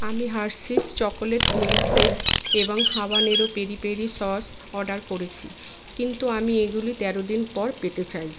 আমি Hershey's chocolate milk shake এবং habanero peri peri sauce order করেছি কিন্তু আমি এগুলি তেরো দিন পর পেতে চাই